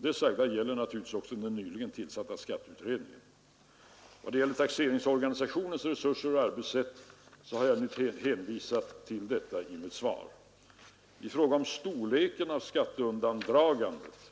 Det sagda gäller naturligtvis också den nyligen tillsatta skatteutredningen S rapporter komma att överlämnas till offentlig jag till vad här anförts. I fråga om storleken av skatteundandragandet